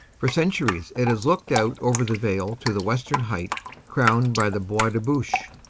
for cen turies it has looked out over the vale to the western heights crowned by the bois de bouche.